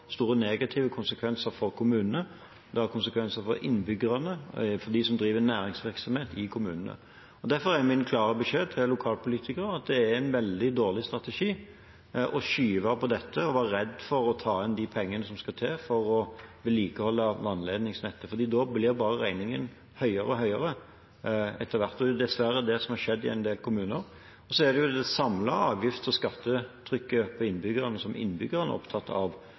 store negative konsekvenser for kommunene, det har konsekvenser for innbyggerne og for dem som driver næringsvirksomhet i kommunene. Derfor er min klare beskjed til lokalpolitikerne at det er en veldig dårlig strategi å skyve på dette og være redd for å ta inn de pengene som skal til for å vedlikeholde vannledningsnettet, for da blir regningen bare høyere og høyere etter hvert, og det er dessverre det som har skjedd i en del kommuner. Så er det jo det samlede avgifts- og skattetrykket på innbyggerne som innbyggerne er opptatt av,